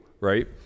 right